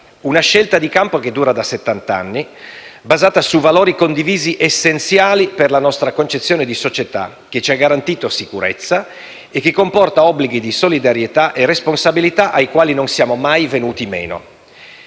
Una scelta di campo che dura da settant'anni, basata su valori condivisi essenziali per la nostra concezione di società, che ci ha garantito sicurezza e che comporta obblighi di solidarietà e responsabilità ai quali non siamo mai venuti meno.